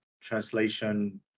translation